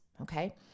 Okay